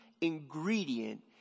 ingredient